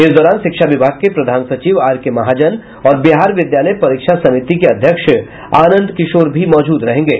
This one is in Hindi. इस दौरान शिक्षा विभाग के प्रधान सचिव आरके महाजन और बिहार विद्यालय परीक्षा समिति के अध्यक्ष आनंद किशोर भी मौजूद रहेंगे